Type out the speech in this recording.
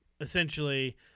Essentially